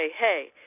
hey